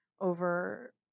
over